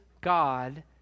God